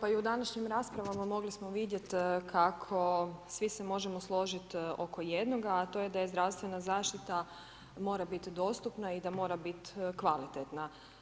Evo pa i u današnjim raspravama mogli smo vidjeti kako svi se možemo složiti oko jednog a to je da zdravstvena zaštita mora biti dostupna i da mora biti kvalitetna.